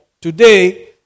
today